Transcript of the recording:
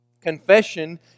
Confession